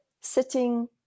sitting